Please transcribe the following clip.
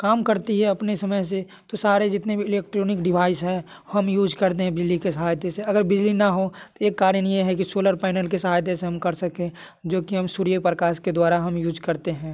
काम करती है अपने समय से तो सारे जितने भी इलेक्ट्रॉनिक डिवाइस है हम यूज करते हैं बिजली के सहायता से अगर बिजली ना हो तो एक कारण ये है कि सोलर पैनल की सहायता से हम कर सके जो कि हम सूर्य प्रकाश के द्वारा हम यूज करते हैं